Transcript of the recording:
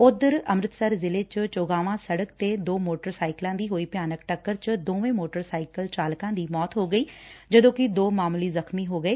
ਉਧਰ ਅੰਮ੍ਰਿਤਸਰ ਜਿਲ੍ਹੇ ਚ ਚੋਗਾਵਾਂ ਸੜਕ ਤੇ ਦੋ ਮੋਟਰ ਸਾਈਕਲਾਂ ਦੀ ਹੋਈ ਭਿਆਨਕ ਟਕੱਰ ਚ ਦੋਵੇਂ ਮੋਟਰ ਸਾਈਕਲ ਚਾਲਕਾਂ ਦੀ ਮੌਤ ਹੋ ਗਈ ਜਦੋ'ਕਿ ਦੋ ਮਾਮੁਲੀ ਜ਼ਖਮੀ ਹੋ ਗਏ